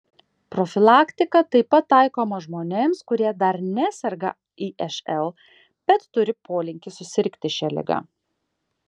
profilaktika taip pat taikoma žmonėms kurie dar neserga išl bet turi polinkį susirgti šia liga